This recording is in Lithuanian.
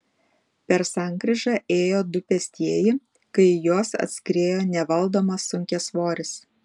per sankryžą ėjo du pėstieji kai į juos atskriejo nevaldomas sunkiasvoris